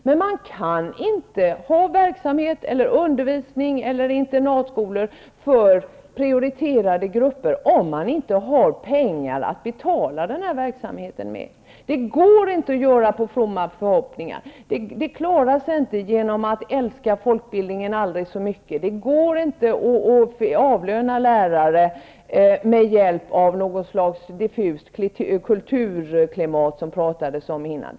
Men man kan inte ha verksamhet eller undervisning eller internatskolor för prioriterade grupper, om man inte har pengar att betala den här verksamheten med. Det går inte att bygga på fromma förhoppningar, det klarar sig inte genom att man älskar folkbildningen aldrig så mycket, det går inte att avlöna lärare med hjälp av något slags diffust kulturklimat som det har talats om här tidigare.